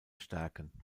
stärken